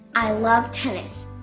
i love tennis.